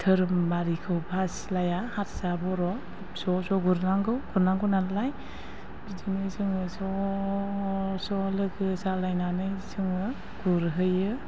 धोरोम आरिखौ बासिलाया हारसा बर' ज' ज' गुरनांगौ नालाय बिदिनो जोङो ज' ज' लोगो जालायनानै जोङो गुरहैयो